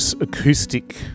Acoustic